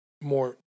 more